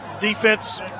defense